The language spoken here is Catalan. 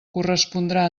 correspondrà